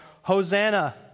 Hosanna